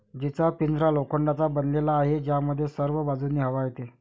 जीचा पिंजरा लोखंडाचा बनलेला आहे, ज्यामध्ये सर्व बाजूंनी हवा येते